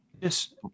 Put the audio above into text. Yes